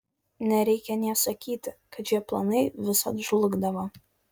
nereikia nė sakyti kad šie planai visad žlugdavo